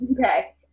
Okay